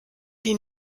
die